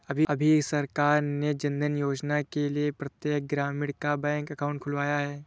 अभी सरकार ने जनधन योजना के लिए प्रत्येक ग्रामीणों का बैंक अकाउंट खुलवाया है